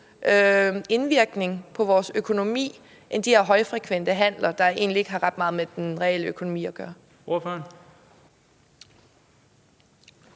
indvirkning på vores økonomi end de her højfrekvente handler, der egentlig ikke har ret meget med realøkonomi at gøre?